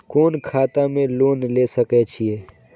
कोन खाता में लोन ले सके छिये?